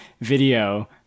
video